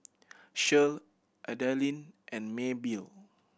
Shirl Adalynn and Maybelle